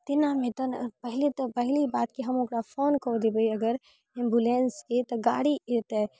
तेनामे तऽ ने पहिने तऽ पहली बात हम ओकरा फोन कऽ देबै अगर एम्बुलेंसके तऽ गाड़ी एतै